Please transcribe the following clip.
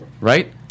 Right